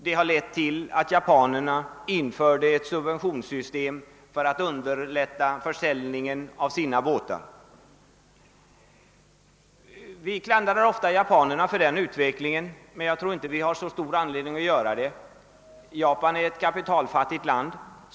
Det har lett till att japanerna infört eit subventionssystem för att underlätta försäljningen av sina båtar. Vi klandrar ofta japanerna för detta, men jag tror inte att vi har så stor anledning att göra det. Japan är ett kapitalfattigt land.